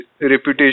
reputation